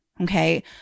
Okay